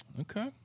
Okay